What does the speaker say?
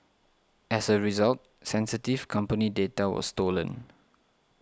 as a result sensitive company data was stolen